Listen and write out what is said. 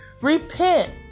Repent